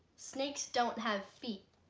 snakes don't have feet